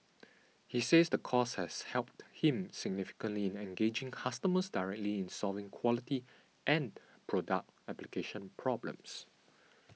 he says the course has helped him significantly in engaging customers directly in solving quality and product application problems